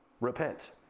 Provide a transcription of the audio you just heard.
repent